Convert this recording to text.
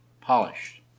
Polished